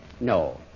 No